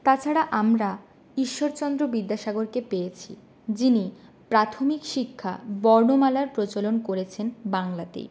তাছাড়া আমরা ঈশ্বরচন্দ্র বিদ্যাসাগরকে পেয়েছি যিনি প্রাথমিক শিক্ষা বর্ণমালার প্রচলন করেছেন বাংলাতেই